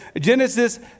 Genesis